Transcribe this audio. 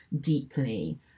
deeply